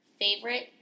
favorite